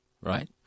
right